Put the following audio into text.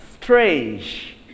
strange